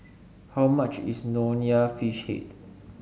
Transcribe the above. how much is Nonya Fish Head